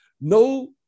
No